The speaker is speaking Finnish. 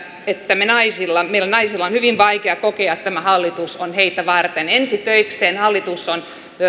että meillä naisten on hyvin vaikea kokea että tämä hallitus on heitä varten ensi töikseen hallitus on